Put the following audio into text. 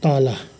तल